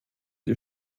die